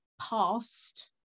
past